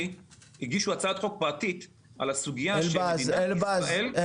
הגישו הצעת חוק פרטית על הסוגיה שמדינת ישראל --- אלבז,